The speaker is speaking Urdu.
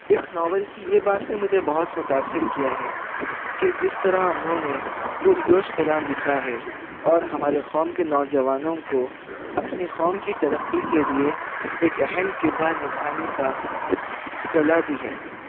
اس ناول کی یہ بات نے مجھے بہت متاثر کیا ہے کہ جس طرح انہوں نے پرجوش کلام لکھا ہے اور ہمارے قوم کے نوجوانوں کو اپنی قوم کی ترقی کے لیے ایک اہم کردار نبھانے کا صلاح دی ہے